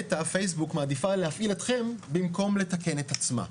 מתא פייסבוק מעדיפה להפעיל אתכם במקום לתקן את עצמה.